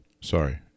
Sorry